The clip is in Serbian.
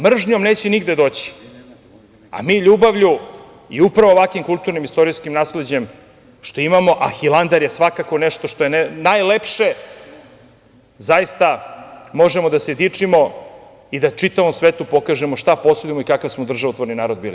Mržnjom neće nigde doći, a mi ljubavlju i upravo ovakvim kulturnim i istorijskim nasleđem što imamo, a Hilandar je svakako nešto što je najlepše, zaista možemo da se dičimo i da čitavom svetu pokažemo šta posedujemo i kakav smo državotvorni narod bili.